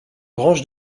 branche